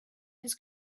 his